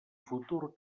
futur